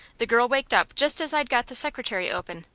the girl waked up just as i'd got the secretary open,